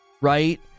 Right